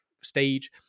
stage